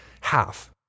half